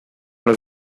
los